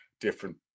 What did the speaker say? different